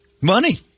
Money